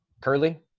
curly